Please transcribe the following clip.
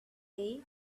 day